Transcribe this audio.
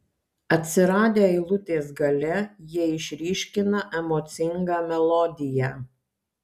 atsiradę eilutės gale jie išryškina emocingą melodiją